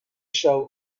shell